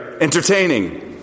entertaining